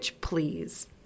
please